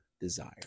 desire